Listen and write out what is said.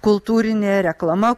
kultūrinė reklama